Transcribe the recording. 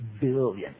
billion